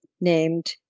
named